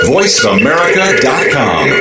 VoiceAmerica.com